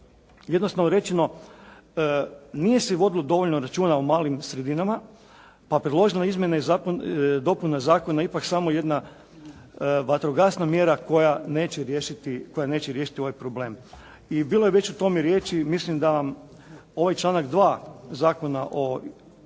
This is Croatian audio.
Jednostavno rečeno nije se vodilo dovoljno računa o malim sredinama pa predložene izmjene i dopune zakona ipak samo jedan vatrogasna mjera koja neće riješiti ovaj problem. I bilo je već o tome riječi i mislim da ovaj članak 2. Zakona o dopunama